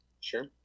Sure